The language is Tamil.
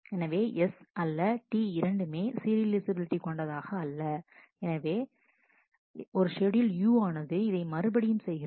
எனவே S அல்ல T இரண்டுமே சீரியலைஃசபிலிட்டி கொண்டதாக அல்ல எனவே மற்றும் ஒரு ஷெட்யூல் U ஆனது இதை மறுபடியும் செய்கிறது